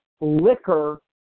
Liquor